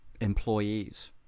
employees